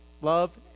Love